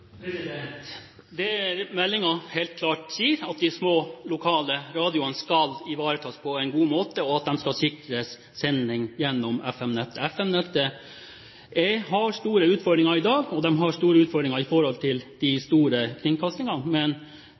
måte, og at de skal sikres sendinger gjennom FM-nettet. FM-nettet har store utfordringer i dag, og de har store utfordringer i forhold til de store kringkastingene.